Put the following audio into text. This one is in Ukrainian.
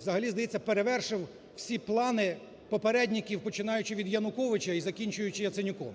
взагалі, здається, перевершив всі плани попередників, починаючи від Януковича і закінчуючи Яценюком.